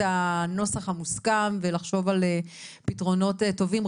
הנוסח המוסכם ולחשוב על פתרונות טובים,